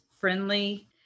friendly